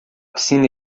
piscina